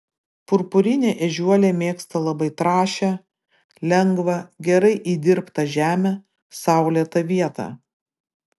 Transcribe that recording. purpurinė ežiuolė mėgsta labai trąšią lengvą gerai įdirbtą žemę saulėtą vietą